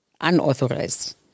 Unauthorized